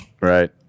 Right